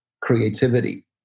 creativity